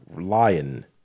Lion